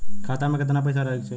खाता में कितना पैसा रहे के चाही?